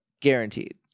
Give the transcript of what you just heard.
Guaranteed